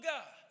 God